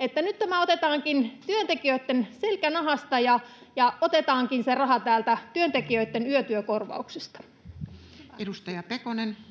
että nyt tämä otetaankin työntekijöitten selkänahasta ja otetaankin se raha täältä työntekijöitten yötyökorvauksista? [Speech